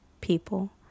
people